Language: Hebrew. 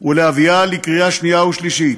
ולהביאה לקריאה שנייה ושלישית.